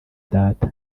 data